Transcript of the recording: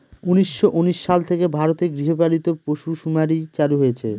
উনিশশো উনিশ সাল থেকে ভারতে গৃহপালিত পশুসুমারী চালু হয়েছে